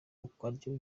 akaryo